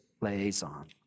liaison